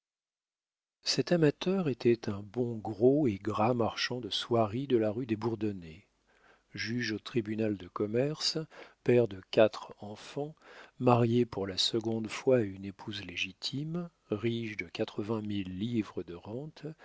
cet amateur était un bon gros et gras marchand de soieries de la rue des bourdonnais juge au tribunal de commerce père de quatre enfants marié pour la seconde fois à une épouse légitime riche de quatre-vingt mille livres de rente